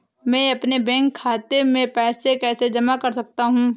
मैं अपने बैंक खाते में पैसे कैसे जमा कर सकता हूँ?